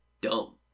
dumb